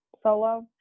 solo